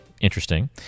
interesting